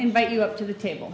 invite you up to the table